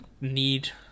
need